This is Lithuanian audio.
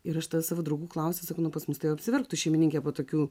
ir aš tą savo draugų klausiu sakau nu pas mus tuoj apsiverktų šeimininkę po tokių